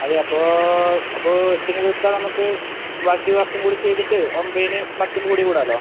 അതെ അപ്പോൾ അപ്പോൾ എട്ടിന് തീർത്താൽ നമുക്ക് ബാക്കി വർക്കും കൂടി ചെയ്തിട്ട് ഒമ്പതിന് പത്തിന് കൂടി കൂടാലോ